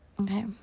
Okay